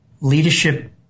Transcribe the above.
leadership